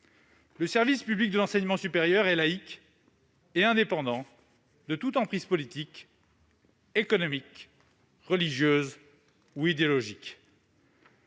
Le service public de l'enseignement supérieur est laïque et indépendant de toute emprise politique, économique, religieuse ou idéologique.